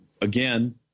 again